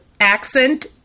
accent